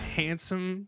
handsome